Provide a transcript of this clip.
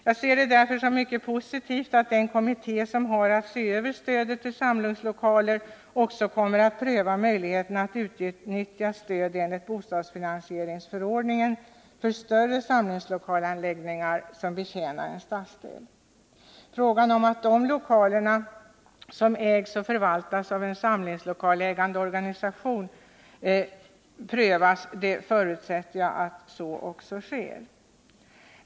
Jag ser det därför som positivt att den kommitté som har att se över stödet till samlingslokaler också kommer att pröva möjligheterna att utnyttja stöd enligt bostadsfinansieringsförordningen för större samlingslokalsanläggningar som betjänar en stadsdel. Jag förutsätter att frågan om att dessa lokaler då kan ägas och förvaltas av en samlingslokalsägande organisation också prövas.